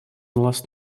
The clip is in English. last